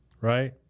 right